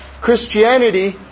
Christianity